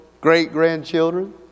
great-grandchildren